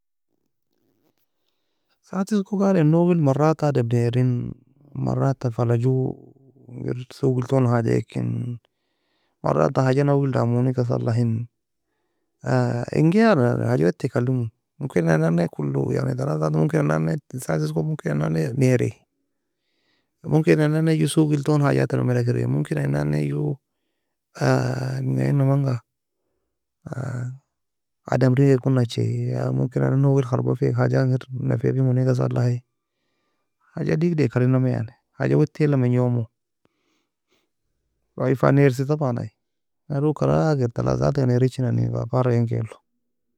Sa toskoga adem nougel marata adem neairen marata fala ju engir sugilton hajag ekirn, marata haja nougel damonika salahien, engaye adem hajawetaka aliemo, mumkina in nanne كل يعني تلاتة اربع mumkina in nanne in sa tosko mumkina in nanne naeriae, mumkina in nanne ju sugillton hajata domeda kiray, mumkina in nanne ju menga iena manga? Ademri waeko nacheie, mumkina irin nougil kharbafi haja ingir nefieya femoni ka salahae, haje digideka alenami yan. Haje waetiela mengimo, ai fa naers طبعا ai, nalo krakir talatasaata nairechinamei fargha'enin kailo.